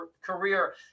career